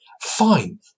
fine